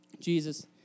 Jesus